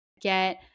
get